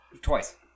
Twice